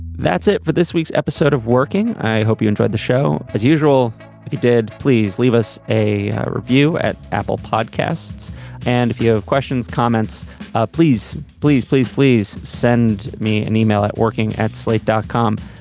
that's it for this week's episode of working. i hope you enjoyed the show as usual if you did. please leave us a review at apple podcasts and if you have questions comments ah please please please please send me an email at working at slate dot com.